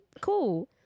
cool